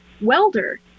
welder